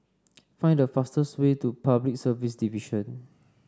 find the fastest way to Public Service Division